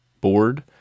board